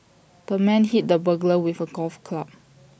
the man hit the burglar with A golf club